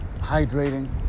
hydrating